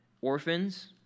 Orphans